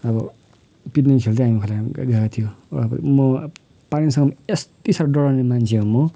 अब पिक्निक खेल्दै हामी खोलामा गइरहेको थियौँ अब म पानीसँग यत्ति साह्रो डराउने मान्छे हो म